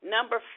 Number